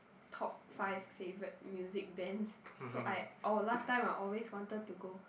top five favourite music band so I or last time I always wanted to go